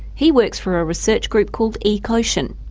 he works for a research group called ecocean.